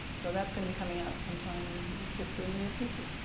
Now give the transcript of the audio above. so that's going to be coming out sometime in the near future.